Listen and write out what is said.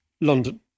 London